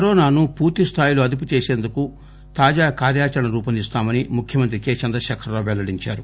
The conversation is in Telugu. కరోనాను పూర్తిస్థాయిలో అదుపు చేసేందుకు తాజా కార్యాచరణను రూపొందిస్తామని ముఖ్యమంత్రి కేసీఆర్ పెల్లడించారు